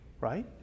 right